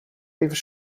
even